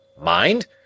Mind